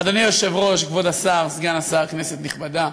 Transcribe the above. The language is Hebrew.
אדוני היושב-ראש, כבוד השר, סגן השר, כנסת נכבדה,